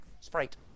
sprite